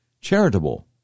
charitable